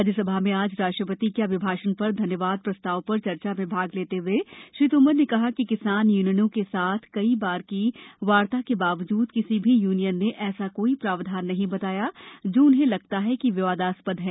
राज्यसभा में आज राष्ट्रपति के अभिभाषण पर धन्यवाद प्रस्ताव पर चर्चा में भाग लेते हुए श्री तोमर ने कहा कि किसान यूनियनों के साथ कई बार की वार्ता के बावजूद किसी भी य्नियन ने ऐसा कोई प्रावधान नहीं बताया जो उन्हें लगता है कि विवादास्पद है